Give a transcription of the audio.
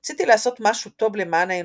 רציתי לעשות משהו טוב למען האנושות.